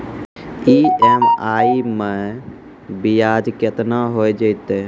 EMI मैं ब्याज केतना हो जयतै?